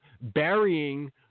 burying